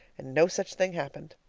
and no such thing happened.